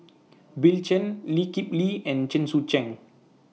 Bill Chen Lee Kip Lee and Chen Sucheng